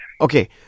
Okay